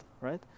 Right